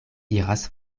iras